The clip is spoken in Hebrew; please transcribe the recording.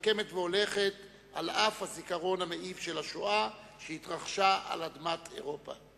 המתרקמת והולכת על אף הזיכרון המעיב של השואה שהתרחשה על אדמת אירופה.